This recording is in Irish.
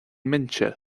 mbinse